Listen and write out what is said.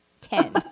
Ten